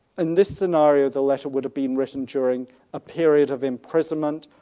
in this scenario the letter would have been written during a period of imprisonment,